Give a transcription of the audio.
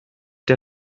der